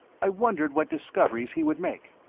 i wondered what discoveries he would make.